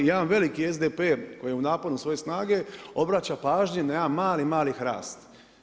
Jedan veliki SDP koji je u naponu svoje snage obraća pažnju na jedan mali, mali HRAST.